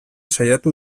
saiatu